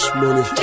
money